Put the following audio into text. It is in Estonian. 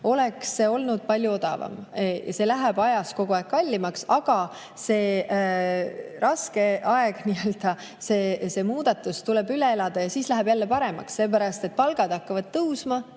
oleks see olnud palju odavam. See läheb ajas kogu aeg kallimaks. Aga see raske aeg, see muudatus tuleb üle elada, ja siis läheb jälle paremaks. Palgad hakkavad tõusma,